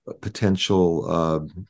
potential